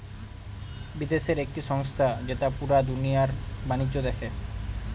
বিদেশের একটি সংস্থা যেটা পুরা দুনিয়ার বাণিজ্য দেখে